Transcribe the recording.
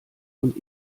und